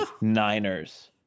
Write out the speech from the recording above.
niners